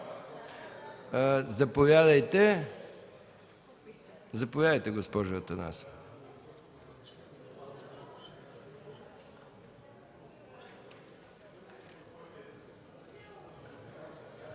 Заповядайте, госпожо Атанасова.